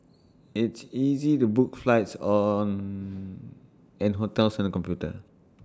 it's easy to book flights and hotels on the computer